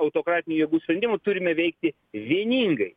autokratinių jėgų sprendimų turime veikti vieningai